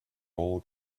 all